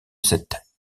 cette